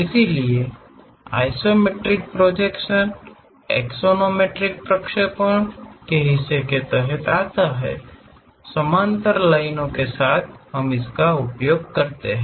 इसलिए isometric projection axonometric प्रक्षेपणों के हिस्से के तहत आते हैं समानांतर लाइनों के साथ हम इसका उपयोग करते हैं